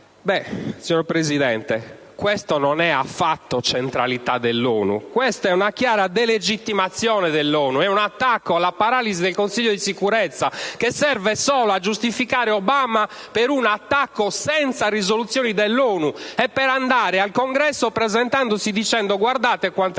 Beh, signor Presidente, questo non è affatto centralità dell'ONU: questa è una chiara delegittimazione dell'ONU! È un attacco alla paralisi del Consiglio di sicurezza che serve solo a giustificare Obama per una offensiva senza risoluzioni dell'ONU e per presentarsi al Congresso dicendo: guardate quante